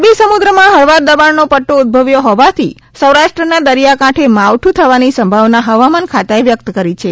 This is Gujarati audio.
અરબી સમુદ્રમાં હળવા દબાણનો પદ્દો ઉદભવ્યો હોવાથી સૌરાષ્ટ્રના દરિયા કાંઠે માવઠું થવાની સંભાવના હવામાન ખાતાએ વ્યકત કરી છે